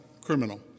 criminal